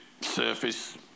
surface